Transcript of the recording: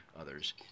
others